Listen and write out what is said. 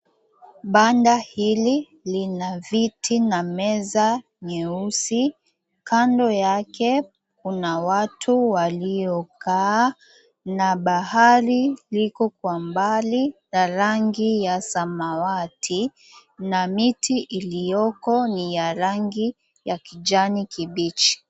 Banda hili lina viti na meza nyeusi. Kando yake kuna watu waliokaa, na bahari liko kwa mbali la rangi ya samawati. Na miti iliyoko ni ya rangi ya kijani kibichi.